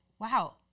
wow